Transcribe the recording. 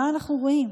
מה אנחנו רואים?